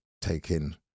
Taking